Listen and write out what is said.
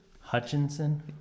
Hutchinson